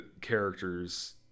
characters